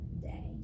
day